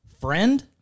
friend